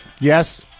Yes